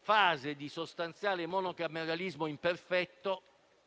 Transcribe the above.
fase di sostanziale monocameralismo imperfetto,